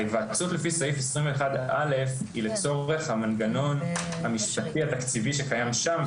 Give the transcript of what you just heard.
ההיוועצות לפי סעיף 21א היא לצורך המנגנון המשפטי-תקציבי שקיים שם.